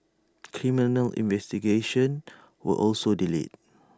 criminal investigations were also delayed